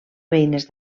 beines